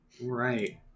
Right